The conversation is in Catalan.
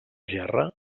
gerra